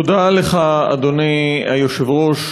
תודה לך, אדוני היושב-ראש.